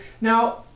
now